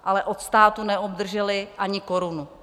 Ale od státu neobdržely ani korunu.